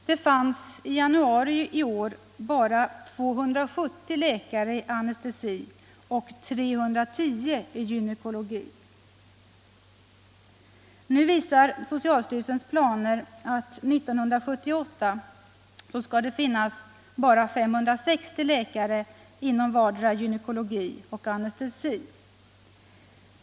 Det fanns i januari i år bara 270 läkare i anestesi och 310 i gynekologi. Nu visar socialstyrelsens planer att det år 1978 skall finnas bara 560 läkare inom vardera gynekologi och anestesi.